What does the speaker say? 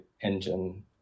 Engine